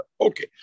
Okay